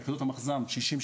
יחידות המחז"מ שישים,